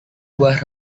buah